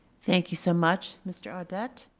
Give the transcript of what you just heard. thank you so much, mr. audette.